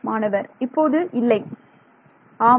மாணவர் இப்போது இல்லை ஆம்